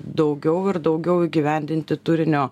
daugiau ir daugiau įgyvendinti turinio